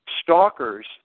stalkers